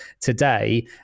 today